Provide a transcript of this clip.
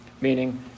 meaning